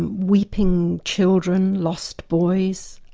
and weeping children, lost boys,